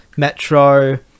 Metro